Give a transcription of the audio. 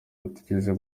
batigeze